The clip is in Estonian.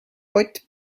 pott